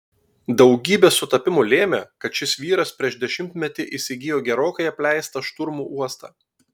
daugybė sutapimų lėmė kad šis vyras prieš dešimtmetį įsigijo gerokai apleistą šturmų uostą